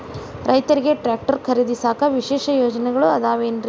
ರೈತರಿಗೆ ಟ್ರ್ಯಾಕ್ಟರ್ ಖರೇದಿಸಾಕ ವಿಶೇಷ ಯೋಜನೆಗಳು ಅದಾವೇನ್ರಿ?